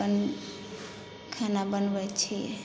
अपन खाना बनबै छियै